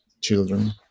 children